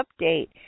update